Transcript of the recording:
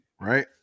Right